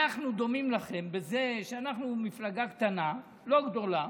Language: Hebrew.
אנחנו דומים לכם בזה שאנחנו מפלגה קטנה, לא גדולה,